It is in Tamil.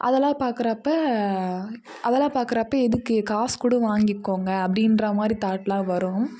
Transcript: அதெல்லாம் பாக்குறப்போ அதெல்லாம் பாக்குறப்போ எதுக்கு காசு கூட வாங்கிக்கோங்க அப்படின்றாமாரி தாட்லாம் வரும்